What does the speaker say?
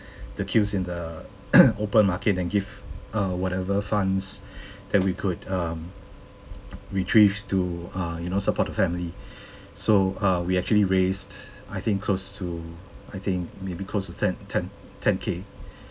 the cues in the open market and give uh whatever funds that we could um retrieve to uh you know support the family so uh we actually raised I think close to I think maybe close to ten ten ten K